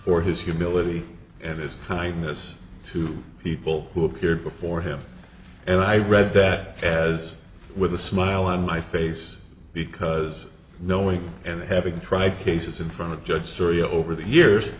for his humility and his kindness to people who appeared before him and i read that as with a smile on my face because knowing and having tried cases in front of judge story over the years